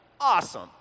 awesome